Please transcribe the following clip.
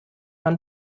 man